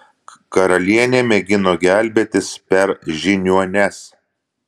karalienė mėgino gelbėtis per žiniuones